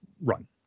run